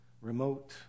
remote